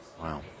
Wow